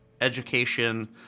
education